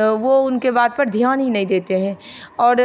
और वो उनके बात पर ध्यान हीं नहीं देते हैं और